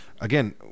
Again